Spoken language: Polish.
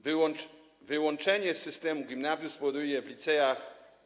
Wyłączenie z systemu gimnazjów spowoduje, że w liceach.